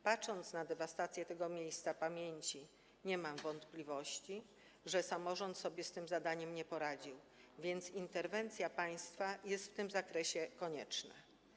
Patrząc na dewastację tego miejsca pamięci, nie mam wątpliwości, że samorząd sobie z tym zadaniem nie poradził, więc interwencja państwa jest w tym zakresie konieczna.